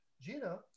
Gina